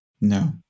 no